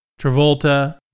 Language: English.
Travolta